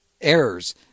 errors